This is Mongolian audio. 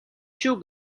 шүү